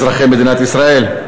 אזרחי מדינת ישראל.